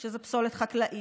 שזה פסולת חקלאית,